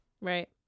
Right